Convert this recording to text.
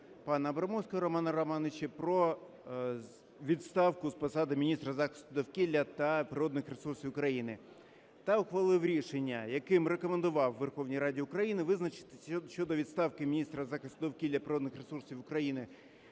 пана Абрамовського Романа Романовича про відставку з посади міністра захисту довкілля та природних ресурсів України та ухвалив рішення, яким рекомендував Верховній Раді України визначитись щодо відставки міністра захисту довкілля, природних ресурсів України